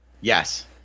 Yes